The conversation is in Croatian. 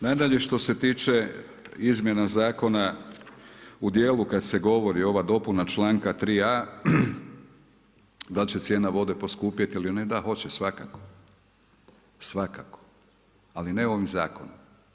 Nadalje, što se tiče izmjena zakona u dijelu kada se govori ova dopuna članka 3.a da li će cijena vode poskupjeti ili ne, da hoće svakako, svakako ali ne ovim zakonom.